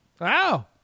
Wow